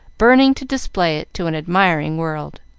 burning to display it to an admiring world.